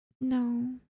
No